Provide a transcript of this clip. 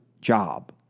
job